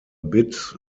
bit